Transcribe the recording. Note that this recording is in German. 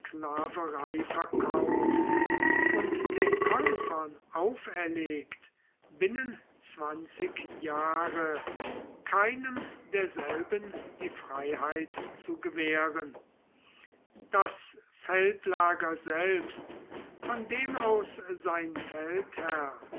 sklaverei verkauft und den käufern auferlegt binnen zwanzig jahre keinem derselben die freiheit zu gewähren das feldlager selbst von dem aus sein